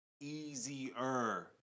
easier